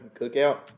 cookout